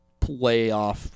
playoff